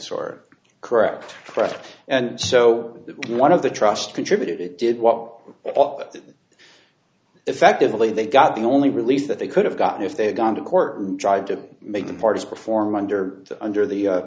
store correct credit and so one of the trust contributed it did what ought effectively they got the only release that they could have gotten if they'd gone to court and tried to make the parties perform under the under the